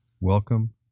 Welcome